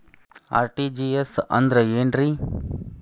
RTGS ಅಂದ್ರ ಏನ್ರಿ?